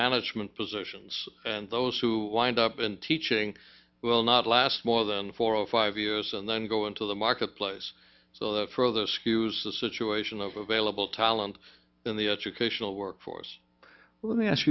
management positions and those who wind up in teaching will not last more than four or five years and then go into the marketplace so the further skews the situation of available talent in the educational workforce let me ask